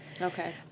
Okay